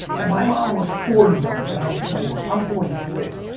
my mom was forty one when i was twenty one. i'm forty three,